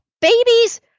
babies